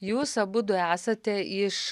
jūs abudu esate iš